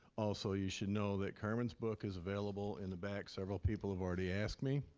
also, you should know that carmen's book is available in the back. several people have already asked me.